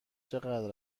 چقدر